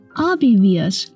obvious